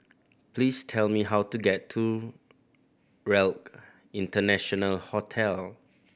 please tell me how to get to RELC International Hotel